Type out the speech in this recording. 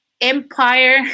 empire